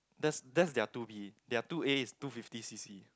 that's that's their two B their two A is two fifty C_C